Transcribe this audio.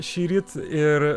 šįryt ir